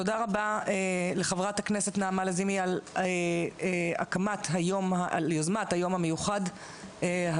תודה רבה לחברת הכנסת נעמה לזימי על היוזמה לערוך את היום המיוחד הזה.